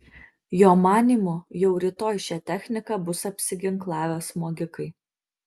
jo manymu jau rytoj šia technika bus apsiginklavę smogikai